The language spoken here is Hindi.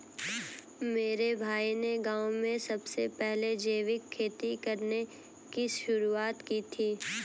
मेरे भाई ने गांव में सबसे पहले जैविक खेती करने की शुरुआत की थी